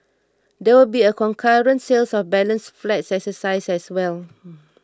there will be a concurrent sales of balance flats exercise as well